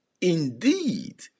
indeed